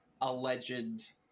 alleged